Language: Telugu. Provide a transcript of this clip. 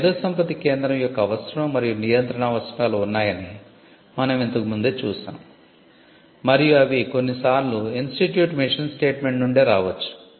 ఒక మేధోసంపత్తి కేంద్రం యొక్క అవసరం మరియు నియంత్రణ అవసరాలు ఉన్నాయని మనం ఇంతకు ముందే చూశాము మరియు అవి కొన్నిసార్లు ఇన్స్టిట్యూట్ మిషన్ స్టేట్మెంట్ నుండే రావచ్చు